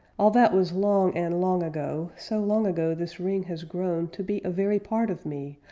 all that was long and long ago, so long ago this ring has grown to be a very part of me,